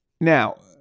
Now